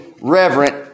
reverent